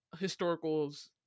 historicals